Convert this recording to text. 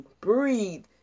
breathe